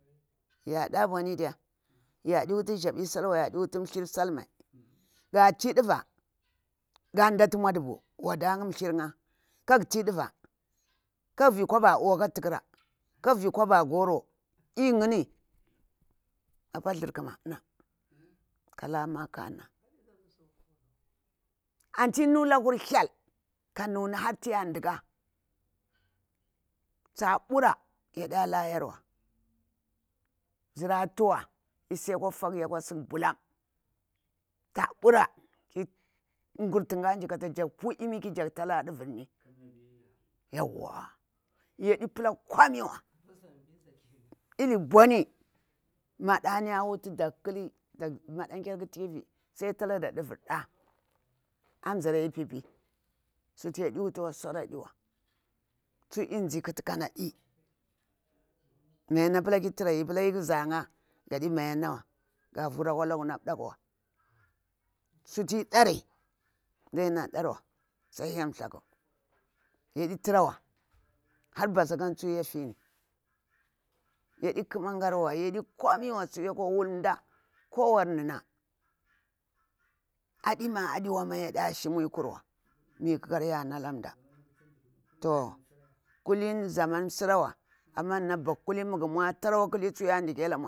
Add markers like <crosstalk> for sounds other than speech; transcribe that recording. Yah da bunidi yadi wutu njabi salwa yadi wutu nthlir sal mai. Gati duvuh, ga ndati mwadibu wadanƙh nkha. ƙa ti duvu ka vi kuba uwa kah tilara, kavi kuba goro. E nguni akwa thukuma ka lah maƙkana <noise> ati tnu lalur hyel ka nuni har tiya ɗuka tsa ɓurah yaɗa layarwa. bzir a tuwa esi kwa faku yakwa siƙu bulam fah ɓura ki nguti ngaji kata jak ki jak tala thuvir ni <noise> yauwa yaɗi pala kumi wa <noise> dibuni maɗani dak ƙuli mand kyar ƙu tikivi sai e talada duvar da anjira e pipi suti yadi wutuwa suri aɗiwa. tsu lzi kuti kanadi. miyana pala kira lƙu zankha gadi mayanawa ga vura akwa laku na ɓdakuwa suti dari ndadi na darwa sai hyel thlaku. Yadi tira wa har basakani tsu yafini. yaɗi ƙumangariwa, yadi ƙomiwa tsu yakwa huwul nda kawari nar nah. Adima adimawe yadiya shimuyi kurwa mi ƙukar ya nala ndah to kuni zaman ntsirawa amah narnah bakulini tira akli tsu ya ndilai lanwa.